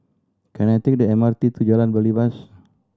can I take the M R T to Jalan Belibas